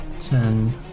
ten